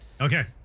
Okay